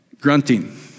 Grunting